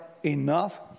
enough